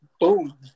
Boom